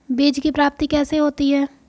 बीज की प्राप्ति कैसे होती है?